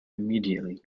immediately